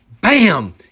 Bam